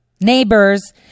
neighbors